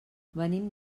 venim